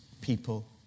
people